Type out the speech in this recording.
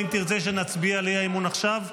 האם תרצה שנצביע על האי-אמון עכשיו?